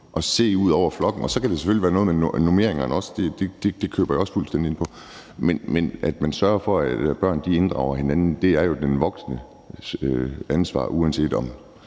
at se ud over flokken, og så kan der selvfølgelig også være noget med normeringerne. Det køber jeg også fuldstændig ind på. Men at man sørger for, at børn inddrager hinanden, er jo den voksnes ansvar, uanset om